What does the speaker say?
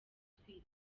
atwite